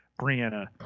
Brianna